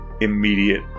immediate